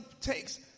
takes